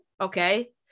okay